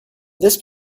this